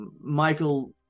Michael